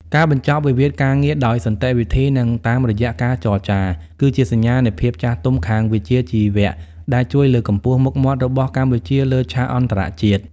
ការបញ្ចប់វិវាទការងារដោយសន្តិវិធី និងតាមរយៈការចរចា គឺជាសញ្ញានៃភាពចាស់ទុំខាងវិជ្ជាជីវៈដែលជួយលើកកម្ពស់មុខមាត់របស់កម្ពុជាលើឆាកអន្តរជាតិ។